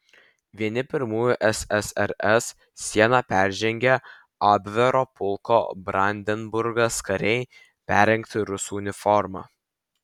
vieni pirmųjų ssrs sieną peržengė abvero pulko brandenburgas kariai perrengti rusų uniforma